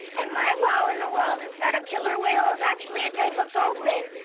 and my wow in the world is that a killer whale is actually a type of dolphin.